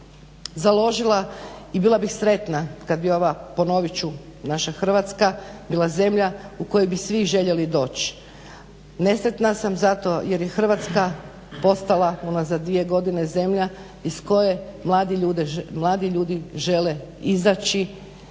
založila i bila bih sretna kad bi ova ponovit ću naša Hrvatska bila zemlja u koju bi svi željeli doći. Nesretna sam zato jer je Hrvatska postala unazad dvije godine zemlja iz koje mladi ljudi žele izaći